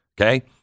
Okay